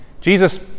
Jesus